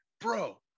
bro